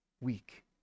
Weak